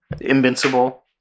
invincible